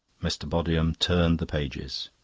mr. bodiham turned the pages.